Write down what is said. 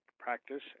practice